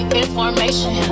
information